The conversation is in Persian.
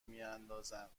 میاندازند